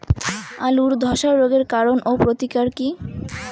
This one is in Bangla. আলুর ধসা রোগের কারণ ও প্রতিকার কি?